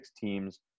team's